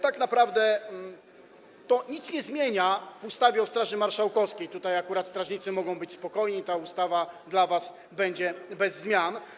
Tak naprawdę to nic nie zmienia w ustawie o Straży Marszałkowskiej, tutaj akurat strażnicy mogą być spokojni, ta ustawa dla was będzie bez zmian.